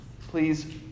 Please